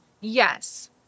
yes